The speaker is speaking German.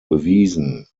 bewiesen